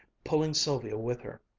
pulling sylvia with her.